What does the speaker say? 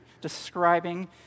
describing